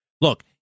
Look